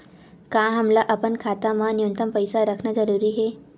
का हमला अपन खाता मा न्यूनतम पईसा रखना जरूरी हे?